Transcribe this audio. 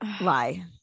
lie